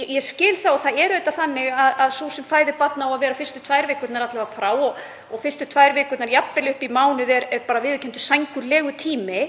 Ég skil það og það er auðvitað þannig að sú sem fæðir barn á að vera frá alla vega fyrstu tvær vikurnar. Fyrstu tvær vikurnar, jafnvel upp í mánuð, er bara viðurkenndur sængurlegutími.